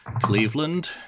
cleveland